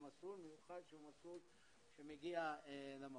במסלול מיוחד שהוא מסלול שמגיע למקום.